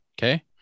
Okay